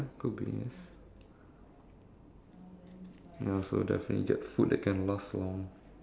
weight would definitely be a problem here and there but at least quantity wise should be pretty decent